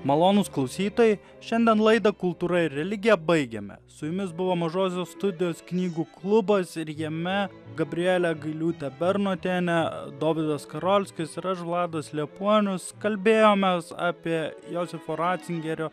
malonūs klausytojai šiandien laidą kultūra ir religija baigiame su jumis buvo mažosios studijos knygų klubas ir jame gabrielė gailiūtė bernotienė dovydas skarolskis ir aš vladas liepuonius kalbėjomės apie josifo racingerio